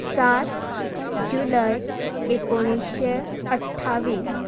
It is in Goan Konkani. सात जुलय एकोणिशें अठ्ठावीस